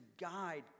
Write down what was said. guide